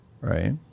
right